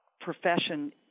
profession